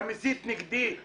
אתה מסית נגדי.